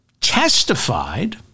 testified